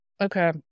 Okay